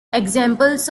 examples